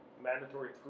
mandatory